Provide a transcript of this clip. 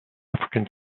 african